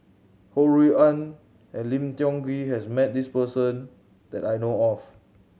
Ho Rui An and Lim Tiong Ghee has met this person that I know of